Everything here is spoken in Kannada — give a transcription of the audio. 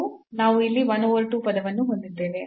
ನಾವು ಇಲ್ಲಿ one over 2 ಪದವನ್ನು ಹೊಂದಿದ್ದೇವೆ